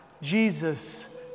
Jesus